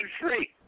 free